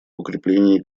укреплении